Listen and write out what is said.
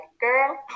girl